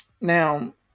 Now